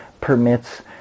permits